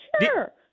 Sure